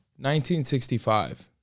1965